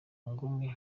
nguni